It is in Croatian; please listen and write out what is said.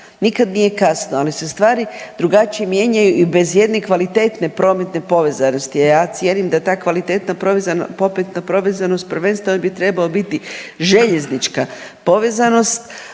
nikad nije kasno, ali se stvari drugačije mijenjaju i bez jedne kvalitetne prometne povezanosti, a ja cijenim da ta kvalitetna .../Govornik se ne razumije./... prvenstveno bi trebao biti željeznička povezanost,